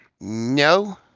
no